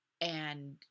And-